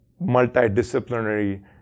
multidisciplinary